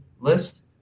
list